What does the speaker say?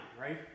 right